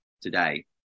today